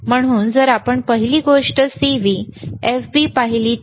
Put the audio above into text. म्हणून जर आपण पहिली गोष्ट CV FB पाहिली तर